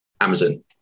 Amazon